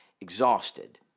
exhausted